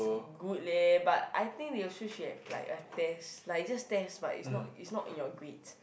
it's good leh but I think should have like a test like just test but it's not it's not in your grades